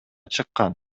чыккан